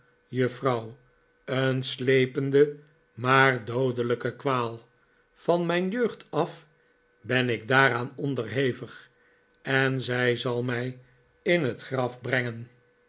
juffrouw een sleepende maar dpodelijke kwaal van mijn jeugd af ben ik daaraan onderhevig en zij zal mij in het graf brengen